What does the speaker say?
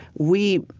we,